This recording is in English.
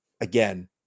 again